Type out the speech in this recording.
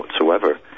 whatsoever